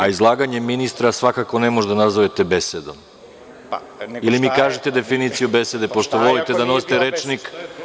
A izlaganje ministra svakako ne može da nazovete besedom ili mi kažite definiciju besede, pošto volite da nosite rečnik.